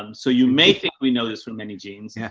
um so you may think we know this from many genes, yeah